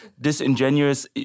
disingenuous